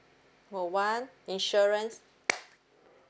call one insurance